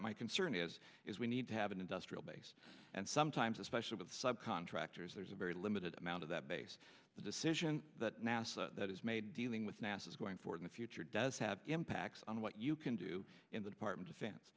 my concern is is we need to have an industrial base and sometimes especially with sub contractors there's a very limited amount of that base the decision that nasa has made dealing with nasa is going for the future does have impacts on what you can do in the department of